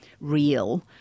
real